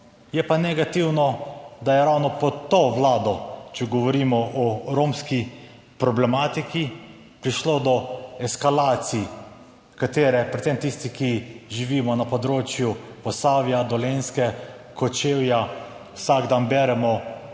Je pa negativno, da je ravno pod to Vlado, če govorimo o romski problematiki prišlo do eskalacij, katere predvsem tisti, ki živimo na področju Posavja, Dolenjske, Kočevja, vsak dan beremo,